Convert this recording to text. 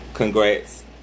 Congrats